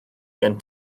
gen